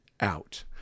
out